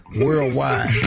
Worldwide